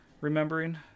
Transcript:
remembering